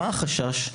מה החשש?